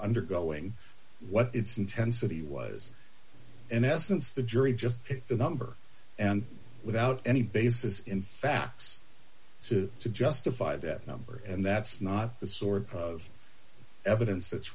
undergoing what its intensity was in essence the jury just a number and without any basis in facts to to justify that number and that's not the sort of evidence that's